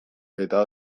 eta